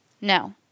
No